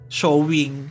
showing